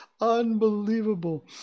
Unbelievable